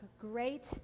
great